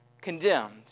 condemned